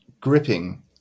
gripping